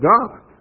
God